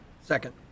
Second